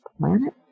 planet